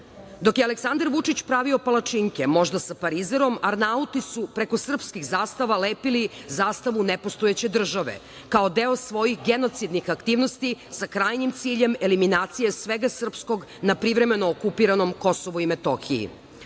je Aleksandar Vučić pravio palačinke, možda sa parizerom, arnauti su preko srpskih zastava lepili zastavu nepostojeće države, kao deo svojih genocidnih aktivnosti, sa krajnjim ciljem eliminacije svega srpskog na privremeno okupiranom Kosovu i Metohiji. Od